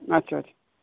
আচ্ছা আচ্ছা